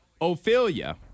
Ophelia